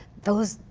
those,